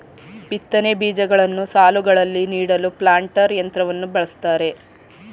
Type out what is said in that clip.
ಬಿತ್ತನೆ ಬೀಜಗಳನ್ನು ಸಾಲುಗಳಲ್ಲಿ ನೀಡಲು ಪ್ಲಾಂಟರ್ ಯಂತ್ರವನ್ನು ಬಳ್ಸತ್ತರೆ